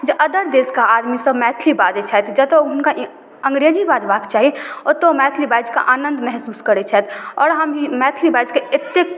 जे अदर देसके आदमीसब मैथिली बाजै छथि जतऽ हुनका अङ्गरेजी बजबाक चाही ओतऽ ओ मैथिली बाजिकऽ आनन्द महसूस करै छथि आओर हम मैथिली बाजिके एतेक